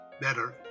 better